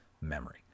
memory